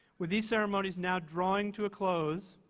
with these ceremonies now drawing to a close,